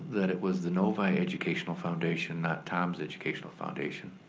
that it was the novi educational foundation, not tom's educational foundation.